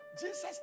Jesus